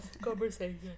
conversation